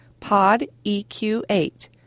PODEQ8